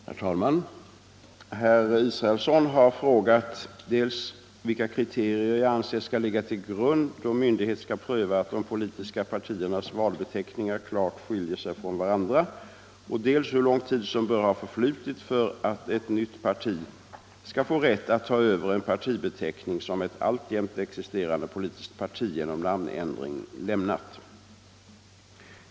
Herr talman! Herr Israelsson har frågat dels vilka kriterier jag anser skall ligga till grund då myndighet skall pröva att de politiska partiernas valbeteckningar klart skiljer sig från varandra och dels hur lång tid som bör ha förflutit för att ett nytt parti skall få rätt att ta över en partibeteckning som ett alltjämt existerande politiskt parti genom namnändring lämnat.